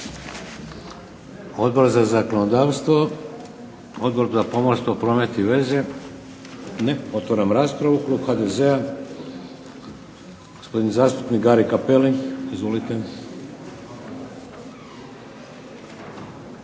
Odbor za zakonodavstvo, Odbor za pomorstvo, promet i veze? Ne. Otvaram raspravu. Klub HDZ-a, gospodin zastupnik Gari Cappelli. Izvolite.